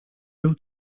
był